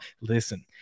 Listen